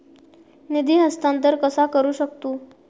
निधी हस्तांतर कसा करू शकतू?